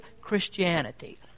Christianity